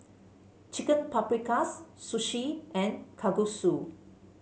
Chicken Paprikas Sushi and Kalguksu